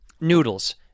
Noodles